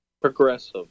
Progressive